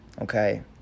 Okay